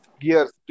gears